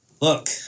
Look